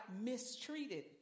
mistreated